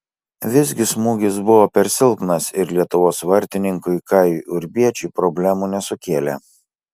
visgi smūgis buvo per silpnas ir lietuvos vartininkui kajui urbiečiui problemų nesukėlė